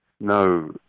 no